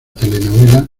telenovela